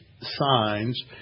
signs